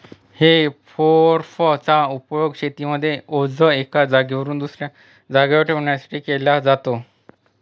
हे फोर्क चा उपयोग शेतीमध्ये ओझ एका जागेवरून दुसऱ्या जागेवर ठेवण्यासाठी केला जातो